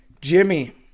Jimmy